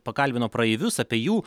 pakalbino praeivius apie jų